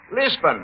Lisbon